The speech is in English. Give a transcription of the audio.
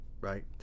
right